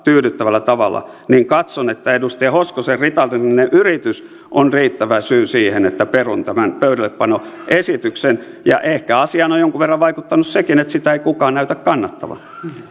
tyydyttävällä tavalla niin katson että edustaja hoskosen ritarillinen yritys on riittävä syy siihen että perun tämän pöydällepanoesityksen ja ehkä asiaan on jonkun verran vaikuttanut sekin että sitä ei kukaan näytä kannattavan